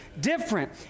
different